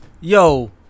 yo